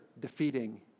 defeating